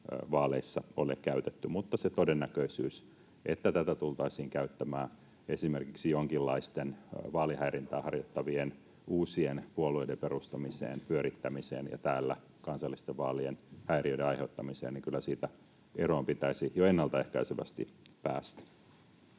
vaaleissa ole käytetty. Mutta siitä todennäköisyydestä, että tätä tultaisiin käyttämään esimerkiksi jonkinlaisten vaalihäirintää harjoittavien uusien puolueiden perustamiseen, pyörittämiseen ja täällä kansallisten vaalien häiriöiden aiheuttamiseen, kyllä eroon pitäisi jo ennalta ehkäisevästi päästä.